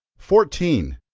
fourteen.